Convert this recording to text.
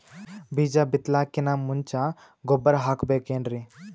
ಬೀಜ ಬಿತಲಾಕಿನ್ ಮುಂಚ ಗೊಬ್ಬರ ಹಾಕಬೇಕ್ ಏನ್ರೀ?